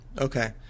Okay